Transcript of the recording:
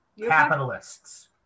Capitalists